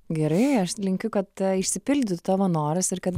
gerai aš linkiu kad išsipildytų tavo noras ir kad